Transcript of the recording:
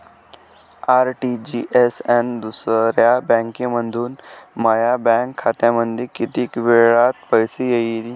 RTGS न दुसऱ्या बँकेमंधून माया बँक खात्यामंधी कितीक वेळातं पैसे येतीनं?